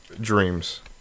dreams